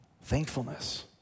Thankfulness